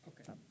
Okay